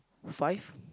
five